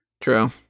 True